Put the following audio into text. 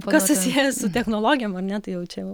kas susiję su technologijom ar ne tai jau čia jau